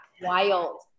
wild